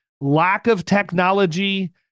lack-of-technology